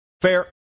Fair